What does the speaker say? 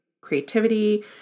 creativity